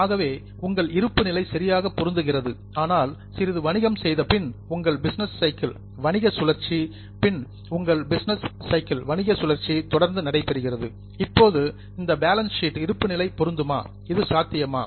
ஆகவே உங்கள் இருப்பு நிலை சரியாக பொருந்துகிறது ஆனால் சிறிது வணிகம் செய்த பின் உங்கள் பிசினஸ் சைக்கிள் வணிக சுழற்சி தொடர்ந்து நடைபெறுகிறது இப்போது இந்த பேலன்ஸ் ஷீட் இருப்பு நிலை பொருந்துமா இது சாத்தியமா